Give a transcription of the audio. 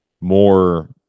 more